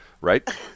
Right